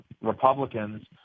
Republicans